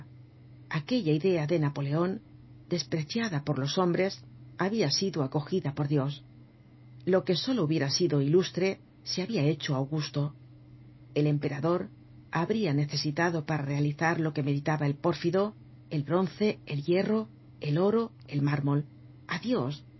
aquella idea de napoleon despreciada por los hombres habia sido acogida por dios lo que solo hubiera sido ilustre se habia hecho augusto el emperador habria necesitado para realizar lo que meditaba el pórfido el bronce el hierro el oro el mármol